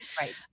Right